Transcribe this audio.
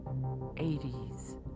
80s